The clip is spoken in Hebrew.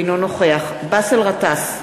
אינו נוכח באסל גטאס,